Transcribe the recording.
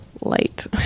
light